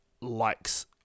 likes